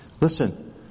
Listen